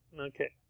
okay